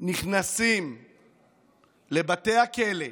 נכנסים לבתי הכלא הביטחוניים,